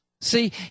See